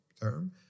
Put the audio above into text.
term